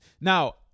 Now